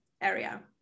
area